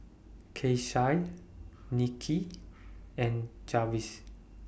Keisha Nikki and Jarvis